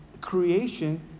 creation